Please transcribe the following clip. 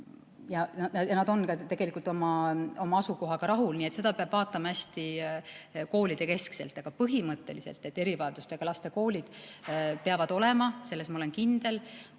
Ja nad on ka tegelikult oma asukohaga rahul, nii et seda peab vaatama hästi koolidekeskselt. Aga põhimõtteliselt, et erivajadustega laste koolid peavad olema, selles ma olen kindel.